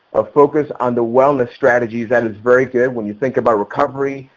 ah focus on the wellness strategies and it's very good when you think about recovery.